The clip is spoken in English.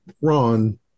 ron